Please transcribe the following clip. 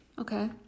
Okay